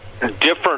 different